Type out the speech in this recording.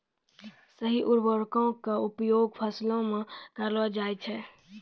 सही उर्वरको क उपयोग फसलो म करलो जाय छै